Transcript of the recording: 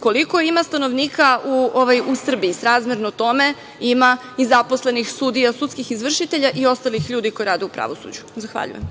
Koliko ima stanovnika u Srbiji? Srazmerno tome ima i zaposlenih sudija, sudskih izvršitelja i ostalih ljudi koji rade u pravosuđu. Zahvaljujem.